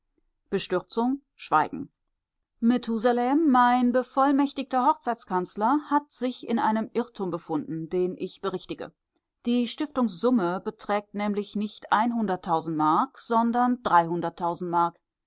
schweigen methusalem mein bevollmächtigter hochzeitskanzler hat sich in einem irrtum befunden den ich berichtige die stiftungssumme beträgt nämlich nicht einhunderttausend mark sondern dreihunderttausend mark